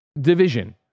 Division